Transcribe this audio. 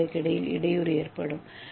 ஏ நிலைகளுக்கு இடையில் இடையூறு ஏற்படும்